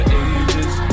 ages